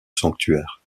sanctuaire